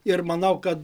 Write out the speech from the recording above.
ir manau kad